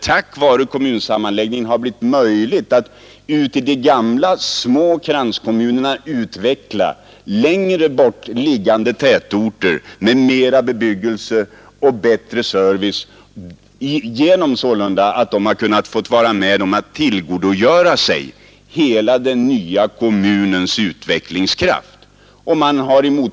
Tack vare kommunsammanläggningen har de tidigare små kranskommunerna och deras längre bort liggande tätorter kunnat utvecklas och fått mera bebyggelse, bättre service och annat. Man har med andra ord kunnat tillgodogöra sig hela den nya kommunens utvecklingskraft.